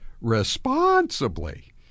Responsibly